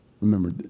Remember